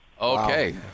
Okay